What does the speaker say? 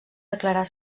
declarar